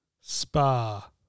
Spa